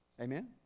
Amen